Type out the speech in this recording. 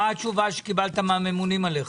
מה התשובה שקיבלת מהממונים עליך?